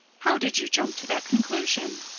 how did you jump to that conclusion?